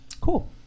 Cool